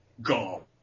Go